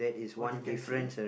what you can see